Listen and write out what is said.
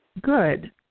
Good